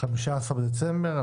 15 בדצמבר,